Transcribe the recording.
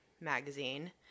magazine